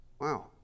wow